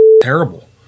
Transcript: terrible